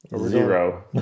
zero